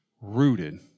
rooted